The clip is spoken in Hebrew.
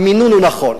המינון הוא נכון,